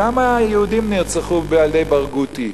כמה יהודים נרצחו על-ידי ברגותי,